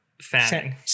Fanning